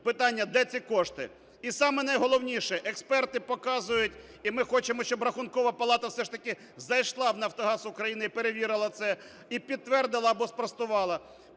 Питання: де ці кошти? І саме найголовніше, експерти показують і ми хочемо, щоб Рахункова палата все ж таки зайшла в "Нафтогаз України" і перевірила це, і підтвердила це або спростувала,